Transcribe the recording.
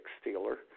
stealer